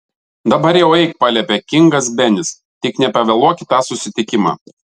dabar jau eik paliepė kingas benis tik nepavėluok į tą susitikimą